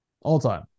All-time